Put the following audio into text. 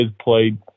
played